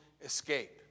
escape